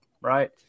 right